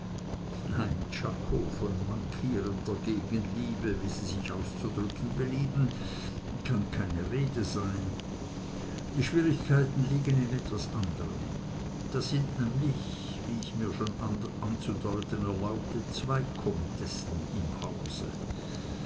nein czako von mankierender gegenliebe wie sie sich auszudrücken belieben kann keine rede sein die schwierigkeiten liegen in was anderm es sind da nämlich wie ich mir schon anzudeuten erlaubte zwei comtessen im hause